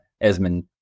Esmond